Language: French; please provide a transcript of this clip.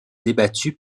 débattue